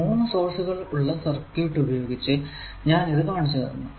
മൂന്നു സോഴ്സുകൾ ഉള്ള സർക്യൂട് ഉപയോഗിച്ച് ഞാൻ ഇത് കാണിച്ചു തന്നു